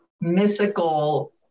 mythical